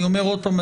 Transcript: אני אומר עוד פעם,